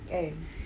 eh